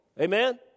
Amen